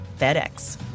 FedEx